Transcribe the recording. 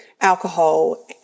alcohol